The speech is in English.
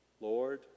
Lord